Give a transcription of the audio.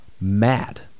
mad